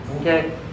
okay